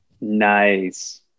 Nice